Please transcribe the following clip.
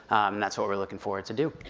that's what we're looking forward to do.